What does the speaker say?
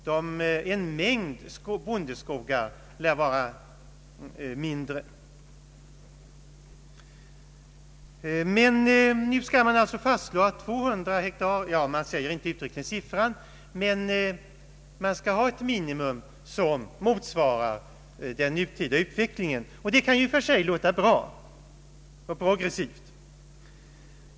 Utan att man nämner någon siffra fastslår nu utskottet att skogsfastigheter skall ha en minimistorlek som motsvarar den nutida utvecklingen. Det kan i och för sig låta bra och progressivt.